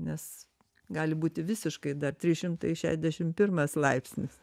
nes gali būti visiškai dar tris šimtai šedešim pirmas laipsnis